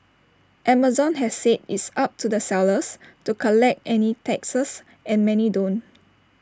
Amazon has said it's up to the sellers to collect any taxes and many don't